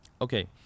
Okay